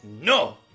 No